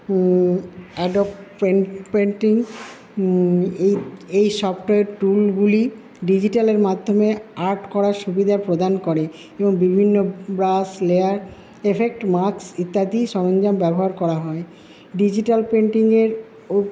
Adobe এই software টুলগুলি ডিজিটালের মাধ্যমে আর্ট করার সুবিধা প্রদান করে এবং বিভিন্ন ব্রাশ লেয়ার এফেক্ট মাস্ক ইত্যাদি সরঞ্জাম ব্যবহার করা হয় ডিজিটাল পেইন্টিংয়ের